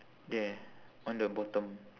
there on the bottom